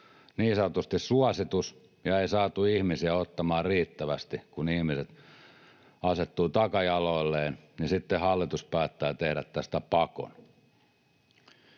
niin sanotusti suositus ja ei saatu ihmisiä ottamaan riittävästi, kun ihmiset asettuivat takajaloilleen, niin sitten hallitus päättää tehdä tästä pakon.